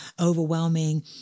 overwhelming